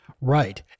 Right